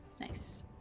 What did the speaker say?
Nice